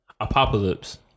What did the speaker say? Apocalypse